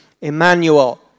Emmanuel